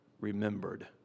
remembered